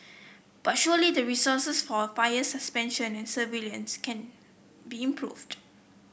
but surely the resources for fire suppression and surveillance can be improved